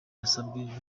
yasabwe